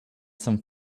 some